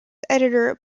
editor